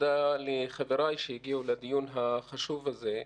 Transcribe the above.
תודה לחבריי שהגיעו לדיון החשוב הזה,